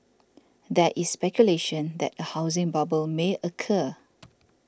there is speculation that a housing bubble may occur